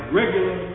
regular